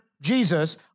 Jesus